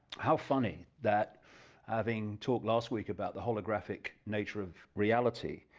how funny that having talked last week about the holographic nature of reality,